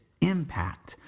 impact